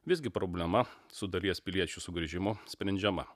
visgi problema su dalies piliečių sugrįžimu sprendžiama